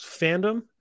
fandom